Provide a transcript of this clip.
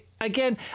again